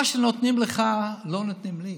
מה שנותנים לך, לא נותנים לי,